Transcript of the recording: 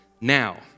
now